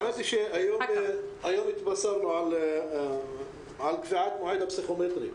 האמת שהיום התבשרנו על קביעת מועד הפסיכומטרי.